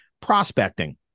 prospecting